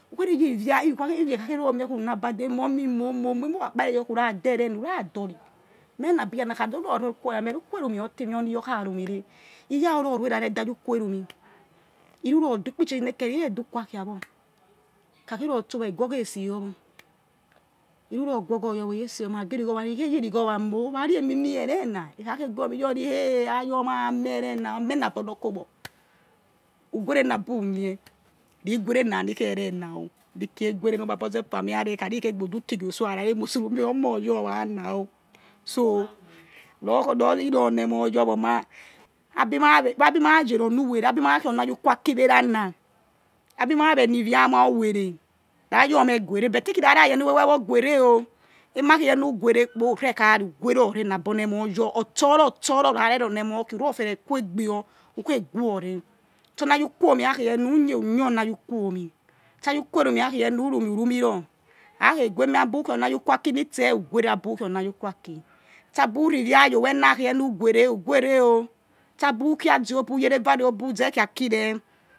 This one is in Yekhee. Who khe ri yi ivia ivia ekhakhe ruromie khu na gbade mummy moh moh moh emirakpkhe your khu rade erea who ra dori meh na bi your anana akhada ru nor kuo yq meg uku erumi or ti meh o ni kha rumi re iya ruruorue ra re de ayukherumi heru rou de ukpi change nor khere i du kumi akhiawo he kha khe ru ro tso wa he ghoghi ese yor he ru ro guogho yoiro he khe re irigho vharehemimeberena ekha khe guomeh yori he ayoma rama rame ere na ane na be onor ko ogbor who guwere na bu mieh ri gu were nani khe re nao rikhi gu were nor va re va meh are khare ikhe gbudu tigie utso ya rari muslimi omoh oghima yours anao so rukhi re ru obeh emo your o abi ma ye ri onu wereh abi ma khi onu kuwaki eeana abi ma vhe ni ivia ma uwere ra yours ni guwere kpo urekhari who gue ore na bi oni emo yori otsoro esoro ra re ri oniemoh khia who ri ofiyre queegbe your uri ofiere guore tse oni ayi ukwuomi rakhe your nu rumi urumi ruor akhe guemie abi ukhie oni ajukhaki nitse who gueror abu khi oni ayi uqui aki tse abi uri ivia tour owena akhe yenu guere who ghere o tse abu khia ze obu yero vare obuzekhia aki re.